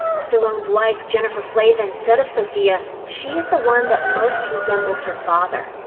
stallone's wife, jennifer flavin, said of sophia, she is the one that most resembles her father.